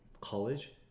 college